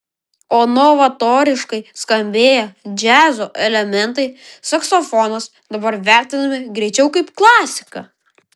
o novatoriškai skambėję džiazo elementai saksofonas dabar vertinami greičiau kaip klasika